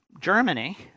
Germany